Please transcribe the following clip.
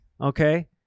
Okay